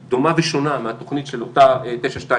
דומה ושונה מהתוכנית של אותה 923,